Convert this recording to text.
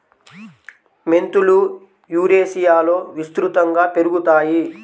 మెంతులు యురేషియాలో విస్తృతంగా పెరుగుతాయి